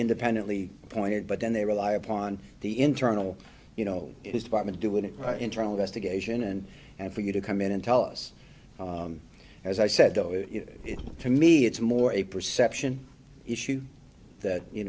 independently appointed but then they rely upon the internal you know his department do an internal investigation and and for you to come in and tell us as i said oh it to me it's more a perception issue that you